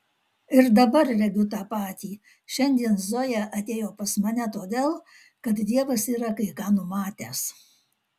ir dabar regiu tą patį šiandien zoja atėjo pas mane todėl kad dievas yra kai ką numatęs